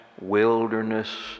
wilderness